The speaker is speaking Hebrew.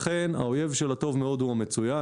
האויב של הטוב מאוד הוא המצוין.